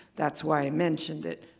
that's why i mentioned it.